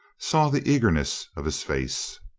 saw the eagerness of his face.